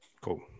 Cool